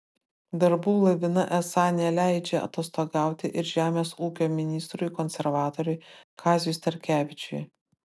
darbų lavina esą neleidžia atostogauti ir žemės ūkio ministrui konservatoriui kaziui starkevičiui